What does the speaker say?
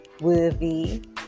worthy